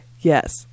Yes